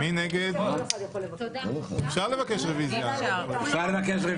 סעיף ג': בקשת הממשלה להקדמת הדיון בהצעת